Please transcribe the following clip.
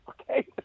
Okay